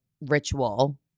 ritual